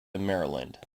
maryland